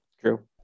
true